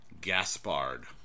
Gaspard